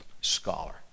scholar